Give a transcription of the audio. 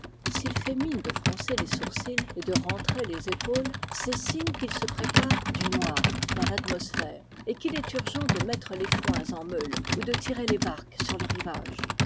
s'il fait mine de froncer les sourcils et de rentrer les épau les c'est signe qu'il se prépare du noir dans l'atmos phère et qu'il est urgent de mettre les foins en meules ou de tirer les barques sur le rivage